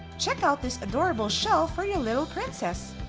check out this adorable shelf for your little princess,